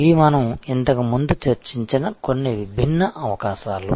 ఇవి మనం ఇంతకుముందు చర్చించిన కొన్ని విభిన్న అవకాశాలు